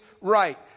right